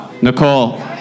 Nicole